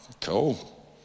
cool